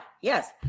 yes